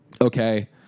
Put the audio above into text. okay